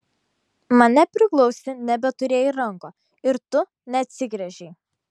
mane priglausti nebeturėjai rankų ir tu neatsigręžei